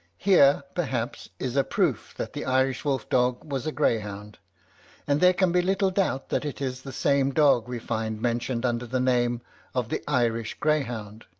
here, perhaps, is a proof that the irish wolf-dog was a greyhound and there can be little doubt that it is the same dog we find mentioned under the name of the irish greyhound.